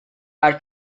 are